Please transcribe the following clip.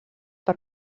per